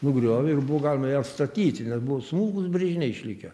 nugriovė ir buvo galima ją atsakyti nes buvo smulkūs brėžiniai išlikę